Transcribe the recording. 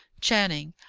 channing,